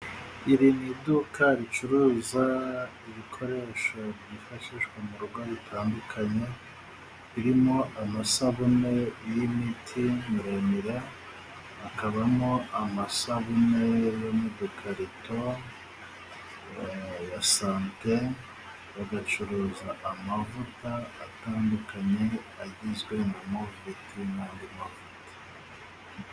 Iri ni iduka ricuruza ibikoresho byifashishwa mu rugo bitandukanye birimo amasabune y'imiti miremire, hakabamo amasabune yo mu dukarito ya Sante. Bagacuruza amavuta atandukanye agizwe na Moviti n'andi mavuta.